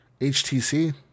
HTC